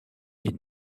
est